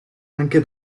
anche